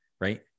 right